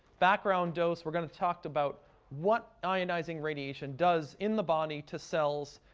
background dose, we're going to talk about what ionizing radiation does in the body, to cells,